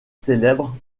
célèbre